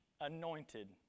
anointed